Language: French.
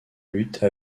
lutte